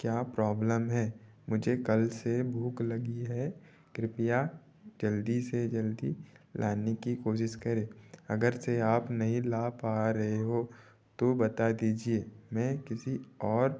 क्या प्रॉब्लम है मुझे कल से भूख लगी है कृपया जल्दी से जल्दी लाने की कोशिश करे अगर से आप नहीं ला पा रहे हो तो बता दीजिए मैं किसी और